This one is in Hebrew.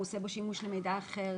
הוא עושה בו שימוש למידע אחר,